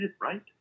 right